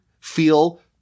feel